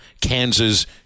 Kansas